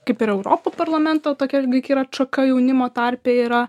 kaip ir europo parlamento tokia lyg ir atšaka jaunimo tarpe yra